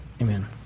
Amen